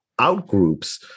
outgroups